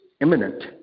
imminent